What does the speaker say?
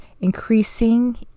increasing